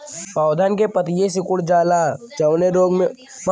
पौधन के पतयी सीकुड़ जाला जवने रोग में वोके का कहल जाला?